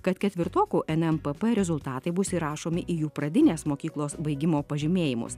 kad ketvirtokų nmpp rezultatai bus įrašomi į jų pradinės mokyklos baigimo pažymėjimus